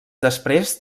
després